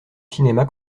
cinéma